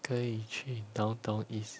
可以去 downtown east